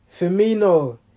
Firmino